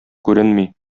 күренми